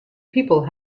people